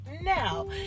now